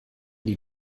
die